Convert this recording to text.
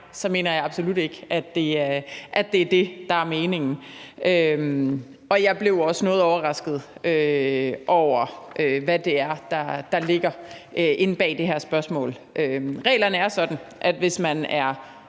jeg mener absolut ikke, at det er det, der er meningen. Jeg blev også noget overrasket over, hvad det er, der ligger inde bag det her spørgsmål. Reglerne er sådan, at hvis man er